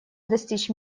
достичь